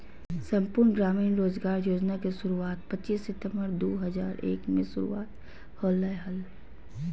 संपूर्ण ग्रामीण रोजगार योजना के शुरुआत पच्चीस सितंबर दु हज़ार एक मे शुरू होलय हल